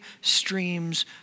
streams